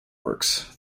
works